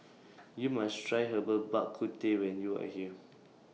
YOU must Try Herbal Bak Ku Teh when YOU Are here